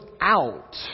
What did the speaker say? out